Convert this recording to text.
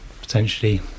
potentially